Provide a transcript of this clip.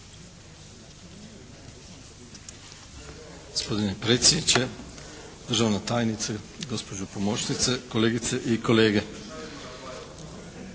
Hvala.